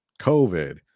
COVID